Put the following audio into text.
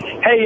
Hey